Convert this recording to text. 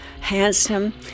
handsome